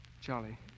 Charlie